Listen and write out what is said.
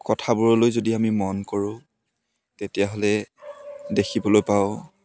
কথাবোৰলৈ যদি আমি মন কৰোঁ তেতিয়াহ'লে দেখিবলৈ পাওঁ